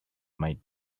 might